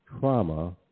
trauma